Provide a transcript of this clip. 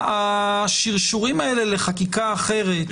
השרשורים האלה לחקיקה אחרת,